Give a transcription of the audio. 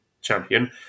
champion